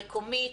מקומית.